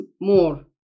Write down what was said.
more